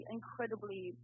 incredibly